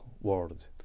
world